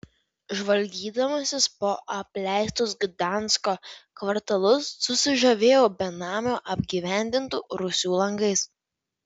žvalgydamasis po apleistus gdansko kvartalus susižavėjau benamių apgyvendintų rūsių langais